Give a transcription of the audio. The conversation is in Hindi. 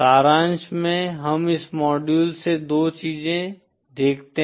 सारांश में हम इस मॉड्यूल से 2 चीजें देखते हैं